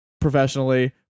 professionally